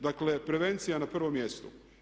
Dakle, prevencija na prvom mjestu.